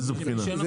מאיזו בחינה?